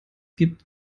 gibt